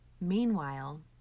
Meanwhile